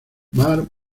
mar